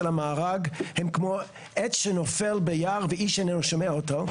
המארג הם כמו עץ שנופל ביער ואיש איננו שומע אותו,